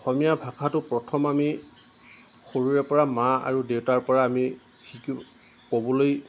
অসমীয়া ভাষাটো প্ৰথম আমি সৰুৰে পৰা মা আৰু দেউতাৰ পৰা আমি শিকি ক'বলৈ